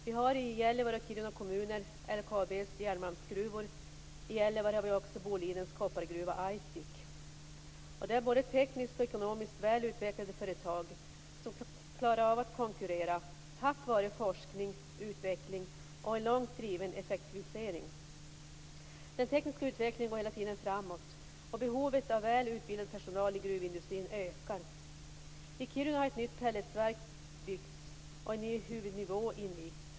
Vi har i Gällivare och Kiruna kommuner LKAB:s järnmalmsgruvor. I Gällivare har vi också Bolidens koppargruva Aitik. Det är fråga om både tekniskt och ekonomiskt väl utvecklade företag, som klarar att konkurrera tack vare forskning och utveckling och en långt driven effektivisering. Den tekniska utvecklingen går hela tiden framåt, och behovet av väl utbildad personal i gruvindustrin ökar. I Kiruna har ett nytt pelletsverk byggts och en ny huvudnivå invigts.